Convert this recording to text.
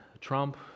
Trump